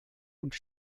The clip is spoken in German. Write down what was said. und